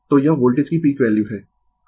तो यह वोल्टेज की पीक वैल्यू है